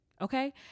Okay